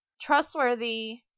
trustworthy